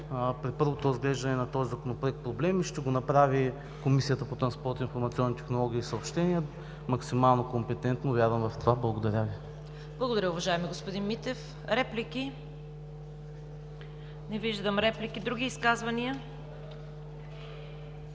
при първото разглеждане на този Законопроект проблеми, ще го направи Комисията по транспорт, информационни технологии и съобщения максимално компетентно, вярвам в това. Благодаря Ви. ПРЕДСЕДАТЕЛ ЦВЕТА КАРАЯНЧЕВА: Благодаря, уважаеми господин Митев. Реплики? Не виждам. Други изказвания?